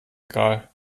egal